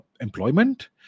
employment